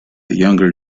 younger